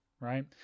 right